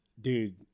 dude